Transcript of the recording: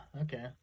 okay